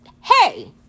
Hey